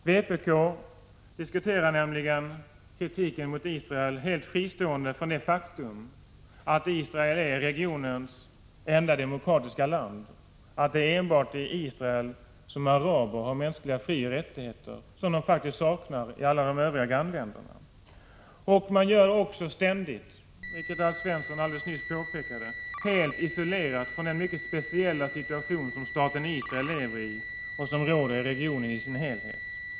Vpk diskuterar nämligen kritiken mot Israel helt fristående från det faktum att Israel är regionens enda demokratiska land, att det enbart är i Israel som araber har mänskliga frioch rättigheter, något som de faktiskt saknar i alla grannländerna. Man gör det också ständigt, vilket Alf Svensson nyss påpekade, helt isolerat från den mycket speciella situation som staten Israel lever i och som råder i regionen i dess helhet.